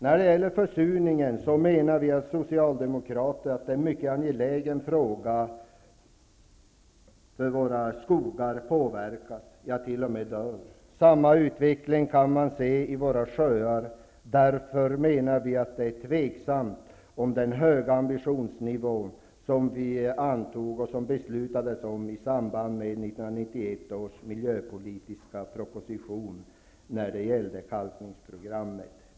När det gäller försurningen menar vi Socialdemokrater att det är en mycket angelägen fråga; våra skogar påverkas och t.o.m. dör. Samma utveckling kan man se i våra sjöar. Vi menar att det är tveksamt om den höga ambitionsnivå när det gäller kalkningsprogrammet som vi antog i samband med 1991 års miljöpolitiska proposition kan upprätthållas.